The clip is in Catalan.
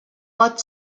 pot